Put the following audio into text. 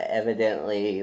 evidently